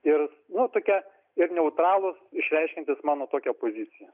ir nu tokia ir neutralūs išreiškiantys mano tokią poziciją